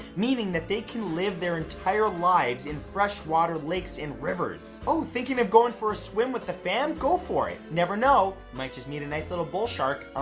meaning that they can live their entire lives in fresh water lakes and rivers. oh thinking of going for a swim with the fam, go for it. never know. might just meet a nice little bull shark. ah